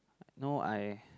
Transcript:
no I